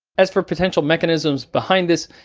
as for potential mechanisms behind this,